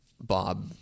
Bob